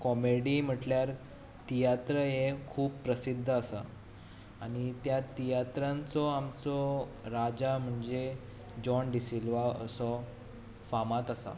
comedy म्हणल्यार तियात्र हें खूब प्रसिद्ध आसा आनी त्या तियात्रांचो आमचो राजा म्हणजें जॉन डिसिल्वा असो फामाद आसा